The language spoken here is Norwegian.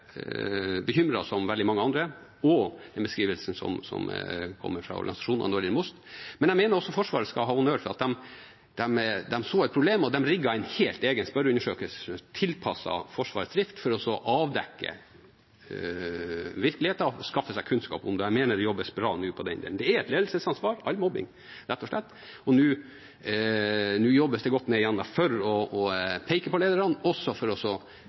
som veldig mange andre over den beskrivelsen som kommer fra organisasjonene når det gjelder MOST, men jeg mener også Forsvaret skal ha honnør for at de så et problem. De rigget en helt egen spørreundersøkelse tilpasset Forsvarets drift for å avdekke virkeligheten, skaffe seg kunnskap om dette. Jeg mener det nå jobbes bra med det, men all mobbing er et ledelsesansvar, rett og slett. Nå jobbes det godt for å peke på lederne og også for